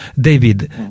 david